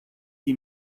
die